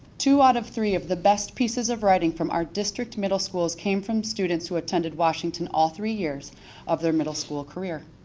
two out of three of the best pieces of writing from our district middle schools came from student to attended washington all three years of their middle school career.